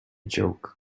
joke